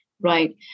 right